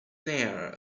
内尔